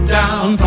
down